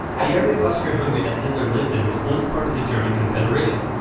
the area of austria-hungary that hitler lived in was once part of the german confederation,